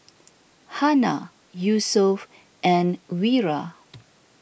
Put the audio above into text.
Hana Yusuf and Wira